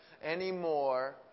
anymore